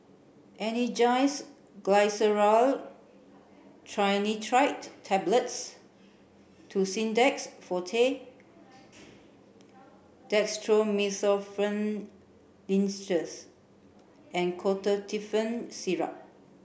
Angised Glyceryl Trinitrate Tablets Tussidex Forte Dextromethorphan Linctus and Ketotifen Syrup